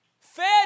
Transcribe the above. fed